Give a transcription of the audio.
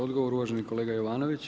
Odgovor, uvaženi kolega Jovanović.